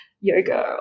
yoga